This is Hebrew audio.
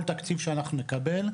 כל תקציב שאנחנו נקבל,